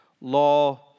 law